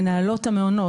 מנהלות המעונות.